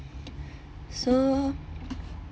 so